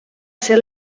ser